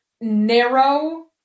narrow